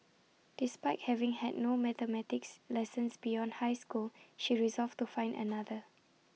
despite having had no mathematics lessons beyond high school she resolved to find another